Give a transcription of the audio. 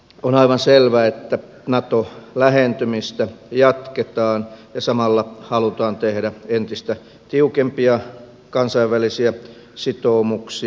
on aivan selvää että nato lähentymistä jatketaan ja samalla halutaan tehdä entistä tiukempia kansainvälisiä sitoumuksia